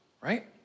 right